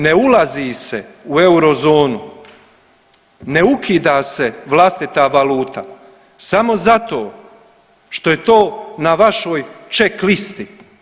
Ne ulazi se u eurozonu, ne ukida se vlastita valuta samo zato što je to na vašoj check listi.